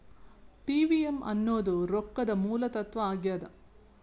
TVM ಅನ್ನೋದ್ ರೊಕ್ಕದ ಮೂಲ ತತ್ವ ಆಗ್ಯಾದ